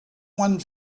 one